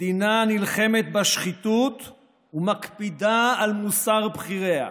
מדינה הנלחמת בשחיתות ומקפידה על מוסר בכיריה,